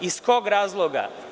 Iz kog razloga?